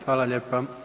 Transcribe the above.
Hvala lijepa.